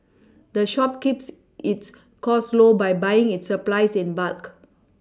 the shop keeps its costs low by buying its supplies in bulk